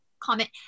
Comment